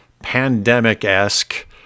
pandemic-esque